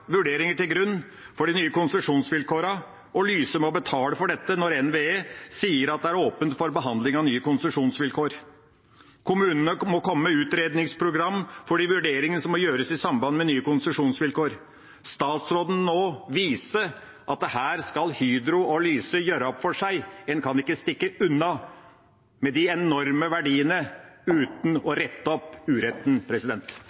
vurderinger til grunn for de nye konsesjonsvilkårene, og Lyse må betale for dette når NVE sier at det er åpent for behandling av nye konsesjonsvilkår. Kommunene må komme med utredningsprogram for de vurderingene som må gjøres i samband med nye konsesjonsvilkår. Statsråden må vise at her skal Hydro og Lyse gjøre opp for seg, en kan ikke stikke unna med de enorme verdiene uten å